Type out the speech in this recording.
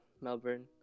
Melbourne